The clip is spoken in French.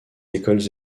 écoles